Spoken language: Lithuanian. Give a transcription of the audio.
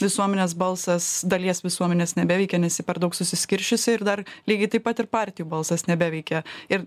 visuomenės balsas dalies visuomenės nebeveikia nes ji per daug susiskirsčiusi ir dar lygiai taip pat ir partijų balsas nebeveikia ir